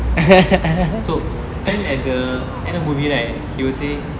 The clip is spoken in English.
so then at the end of movie right he will say